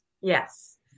Yes